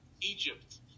Egypt